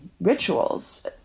rituals